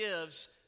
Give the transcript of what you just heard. gives